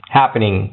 happening